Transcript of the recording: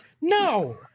No